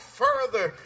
further